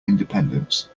independence